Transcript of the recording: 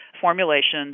formulations